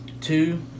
Two